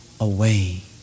away